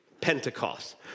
Pentecost